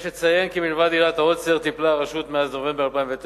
יש לציין כי מלבד עילת העוצר טיפלה הרשות מאז נובמבר 2009